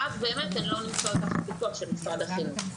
ואז באמת הן לא נמצאות תחת הפיקוח של משרד החינוך.